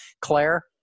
Claire